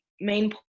main